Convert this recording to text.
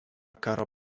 karo